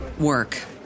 work